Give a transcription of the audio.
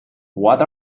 what